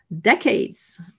decades